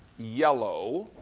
yellow.